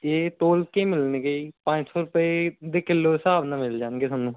ਇਹ ਤੋਲ ਕੇ ਮਿਲਣਗੇ ਪੰਜ ਸੌ ਰੁਪਏ ਦੇ ਕਿਲੋ ਹਿਸਾਬ ਨਾਲ ਮਿਲ ਜਾਣਗੇ ਤੁਹਾਨੂੰ